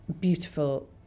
beautiful